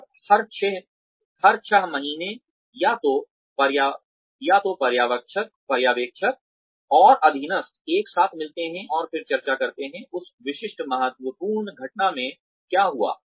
और हर छह महीने या तो पर्यवेक्षक और अधीनस्थ एक साथ मिलते हैं और फिर चर्चा करते हैं उस विशिष्ट महत्वपूर्ण घटना में क्या हुआ